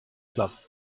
club